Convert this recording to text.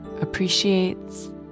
appreciates